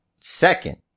Second